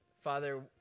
Father